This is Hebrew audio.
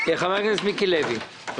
חבר הכנסת מיקי לוי, בבקשה.